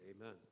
Amen